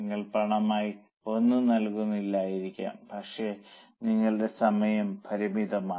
നിങ്ങൾ പണമായി ഒന്നും നൽകുന്നില്ലായിരിക്കാം പക്ഷേ നിങ്ങളുടെ സമയം പരിമിതമാണ്